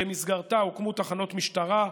במסגרתה הוקמו תחנות משטרה,